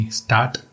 start